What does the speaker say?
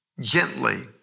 gently